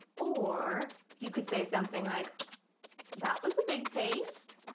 or you could say something like that was a big taste!